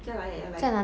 加来也要来 eh